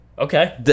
Okay